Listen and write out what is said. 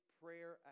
prayer